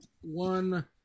one